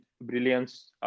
brilliance